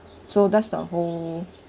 so does the whole